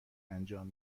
انجام